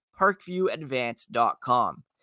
parkviewadvance.com